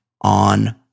on